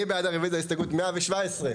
מי בעד רביזיה להסתייגות מספר 113?